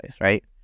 right